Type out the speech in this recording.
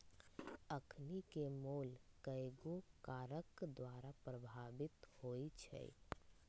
अखनिके मोल कयगो कारक द्वारा प्रभावित होइ छइ